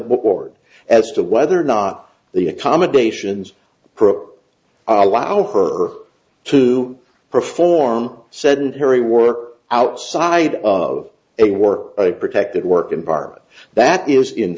ward as to whether or not the accommodations allow her to perform sedentary work outside of a work protected work environment that is in